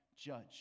judge